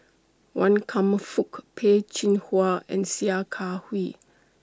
Wan Kam Fook Peh Chin Hua and Sia Kah Hui